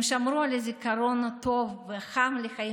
הם שמרו על הזיכרון הטוב והחם של החיים